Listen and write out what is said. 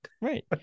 right